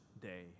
day